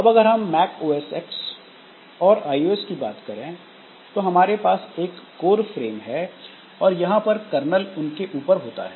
अब अगर हम मैक OS X और iOS की बात करें तो हमारे पास एक कोर फ्रेम है और यहां पर कर्नल उनके ऊपर होता है